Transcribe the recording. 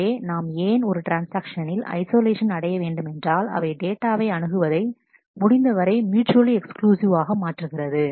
எனவே நாம் ஏன் ஒரு ட்ரான்ஸ்ஆக்ஷனின் ஐசோலேஷன் அடைய வேண்டுமென்றால் அவை டேட்டாவை அணுகுவதை முடிந்தவரை மியூச்சுவலி எக்ஸ்க்ளூசிவ் ஆக மாற்றுகிறது